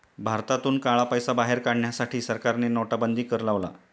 भारतातून काळा पैसा बाहेर काढण्यासाठी सरकारने नोटाबंदी कर लावला